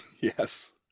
yes